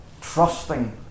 trusting